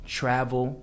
travel